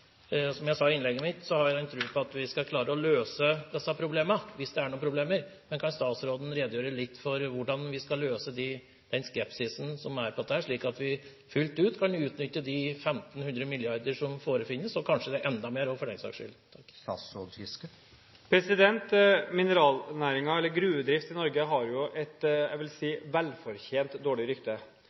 selvfølgelig. Som jeg sa i innlegget mitt, har jeg en tro på at vi skal klare å løse disse problemene – hvis det er noen problemer. Men kan statsråden redegjøre litt for hvordan vi skal møte skepsisen når det gjelder dette, slik at vi fullt ut kan utnytte den verdien – 1 500 mrd. kr – som forefinnes, og kanskje det er enda mer også, for den saks skyld? Mineralnæringen eller gruvedriften i Norge har et – vil jeg si – velfortjent dårlig rykte.